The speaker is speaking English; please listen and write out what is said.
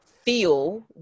feel